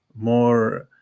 more